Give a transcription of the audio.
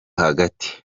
hagati